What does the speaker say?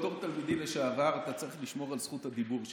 בתור תלמידי לשעבר אתה צריך לשמור על זכות הדיבור שלי.